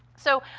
so,